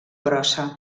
brossa